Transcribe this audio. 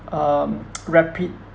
um rapid